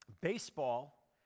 Baseball